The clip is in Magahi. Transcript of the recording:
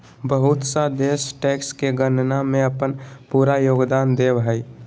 बहुत सा देश टैक्स के गणना में अपन पूरा योगदान देब हइ